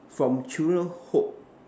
from children hope